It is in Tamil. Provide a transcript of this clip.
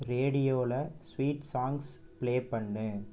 ரேடியோவில ஸ்வீட் சாங்ஸ் ப்ளே பண்ணு